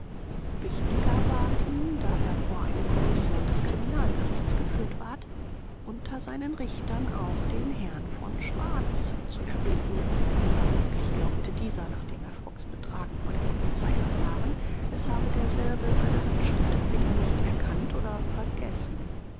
wichtiger ward ihm da er vor eine kommission des kriminalgerichts geführt ward unter seinen richtern auch den herrn von schwarz zu erblicken vermutlich glaubte dieser nachdem er frocks betragen vor der polizei erfahren es habe derselbe seine handschrift entweder nicht erkannt oder vergessen